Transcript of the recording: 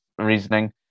reasoning